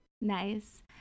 Nice